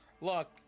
look